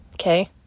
okay